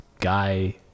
guy